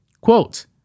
Quote